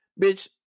Bitch